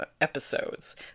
episodes